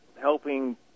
helping